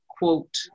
quote